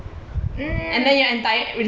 mm